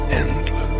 endless